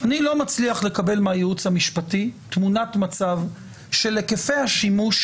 אני לא מצליח לקבל מהייעוץ המשפטי תמונת מצב של היקפי השימוש